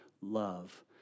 love